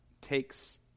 takes